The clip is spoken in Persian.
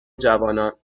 جوانان